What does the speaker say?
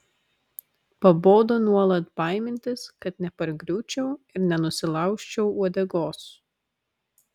pabodo nuolat baimintis kad nepargriūčiau ir nenusilaužčiau uodegos